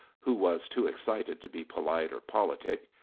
who was too excited to be polite or politic.